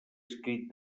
escrit